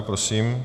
prosím.